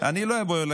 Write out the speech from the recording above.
אני לא אבוא אליך,